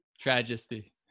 tragedy